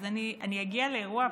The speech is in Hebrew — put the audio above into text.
אני אגיע לאירוע הפרידה,